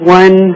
one